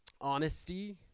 Honesty